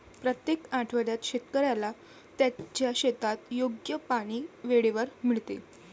प्रत्येक आठवड्यात शेतकऱ्याला त्याच्या शेतात योग्य पाणी वेळेवर मिळते